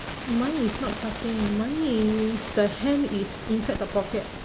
mine is not cutting mine is the hand is inside the pocket